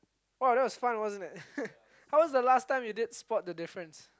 oh that's was fun wasn't it how was the last time you did spot the difference